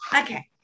Okay